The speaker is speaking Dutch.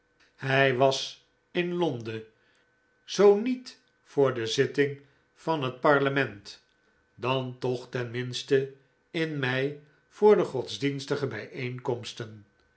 hij was in londen zoo niet voor de zitting van het parlement dan toch tenminste in mei voor de godsdienstige bijeenkomsten